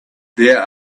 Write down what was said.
there